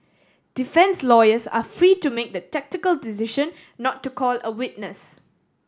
defence lawyers are free to make the tactical decision not to call a witness